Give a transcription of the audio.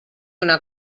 una